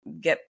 get